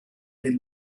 del